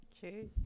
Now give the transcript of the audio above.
Cheers